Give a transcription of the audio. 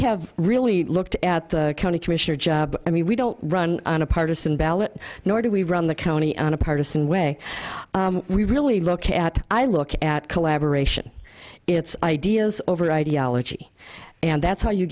have really looked at the county commissioner job i mean we don't run on a partisan ballot nor do we run the county on a partisan way we really look at i look at collaboration it's ideas over ideology and that's how you